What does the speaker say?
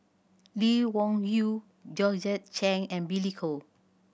Lee Wung Yew Georgette Chen and Billy Koh